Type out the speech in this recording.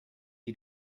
you